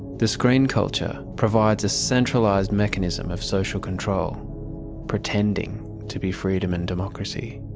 the screen culture provides a centralised mechanism of social control pretending to be freedom and democracy.